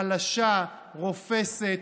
חלשה, רופסת,